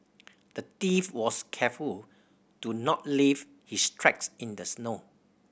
the thief was careful to not leave his tracks in the snow